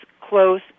close